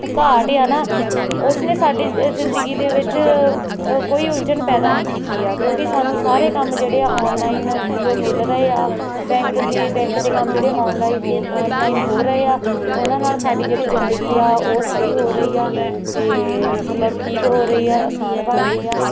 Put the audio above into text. ਘਾਟ ਆ ਨਾ ਉਸਨੇ ਸਾਡੀ ਜ਼ਿੰਦਗੀ ਦੇ ਵਿੱਚ ਕੋਈ ਉਲਝਣ ਪੈਦਾ ਨਹੀਂ ਕੀਤੀ ਆ ਕਿਉਂਕਿ ਸਾਨੂੰ ਸਾਰੇ ਕੰਮ ਜਿਹੜੇ ਆ ਆਨਲਾਈਨ ਜੋ ਮਿਲ ਰਹੇ ਆ ਬੈਂਕ ਦੀ ਬੈਂਕ ਦੇ ਕੰਮ ਜਿਹੜੇ ਆਨਲਾਈ ਹੋ ਆਨਲਾਈਨ ਹੋ ਰਹੇ ਆ ਉਹਨਾਂ ਨਾਲ ਸਾਡੀ ਜਿਹੜੀ ਜ਼ਿੰਦਗੀ ਆ ਉਹ ਸਹੀ ਹੋ ਰਹੀ ਆ ਅਤੇ ਮਤਲਬ ਠੀਕ ਹੋ ਰਹੀ ਆ ਆਸਾਨ ਬਣ ਰਹੀ ਆ